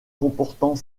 comportant